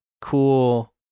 cool